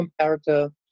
comparator